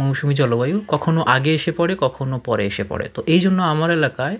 মৌসুমি জলবায়ু কখনও আগে এসে পড়ে কখনও পরে এসে পড়ে তো এই জন্য আমার এলাকায়